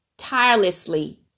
tirelessly